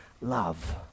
love